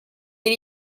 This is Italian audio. gli